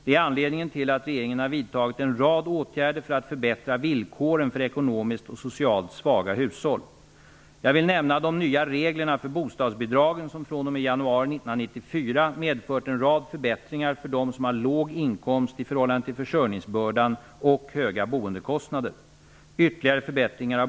Det är anledningen till att regeringen har vidtagit en rad åtgärder för att förbättra villkoren för ekonomiskt och socialt svaga hushåll. Jag vill nämna de nya reglerna för bostadsbidragen, som fr.o.m. januari 1994 har medfört en rad förbättringar för dem som har låg inkomst i förhållande till försörjningsbördan och höga boendekostnader.